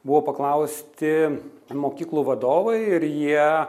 buvo paklausti mokyklų vadovai ir jie